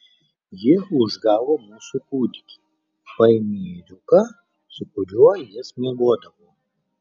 ji užgavo mūsų kūdikį paėmė ėriuką su kuriuo jis miegodavo